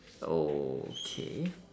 okay